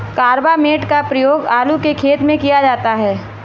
carbamate का प्रयोग आलू के खेत में किया जाता है